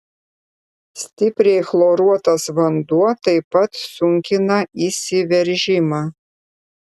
stipriai chloruotas vanduo taip pat sunkina įsiveržimą